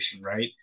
right